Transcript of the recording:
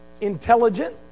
intelligent